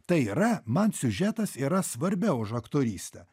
tai yra man siužetas yra svarbiau už aktorystę